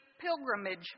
pilgrimage